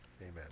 Amen